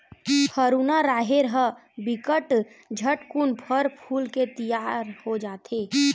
हरूना राहेर ह बिकट झटकुन फर फूल के तियार हो जथे